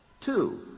Two